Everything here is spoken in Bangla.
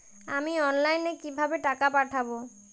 আমি অনলাইনে কিভাবে টাকা পাঠাব?